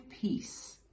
peace